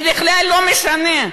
זה בכלל לא משנה.